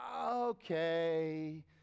okay